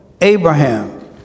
Abraham